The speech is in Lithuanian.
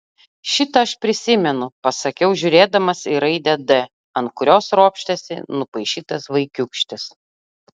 šitą aš prisimenu pasakiau žiūrėdamas į raidę d ant kurios ropštėsi nupaišytas vaikiūkštis